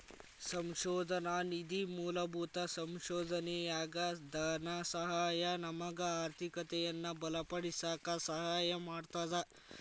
ಸಂಶೋಧನಾ ನಿಧಿ ಮೂಲಭೂತ ಸಂಶೋಧನೆಯಾಗ ಧನಸಹಾಯ ನಮಗ ಆರ್ಥಿಕತೆಯನ್ನ ಬಲಪಡಿಸಕ ಸಹಾಯ ಮಾಡ್ತದ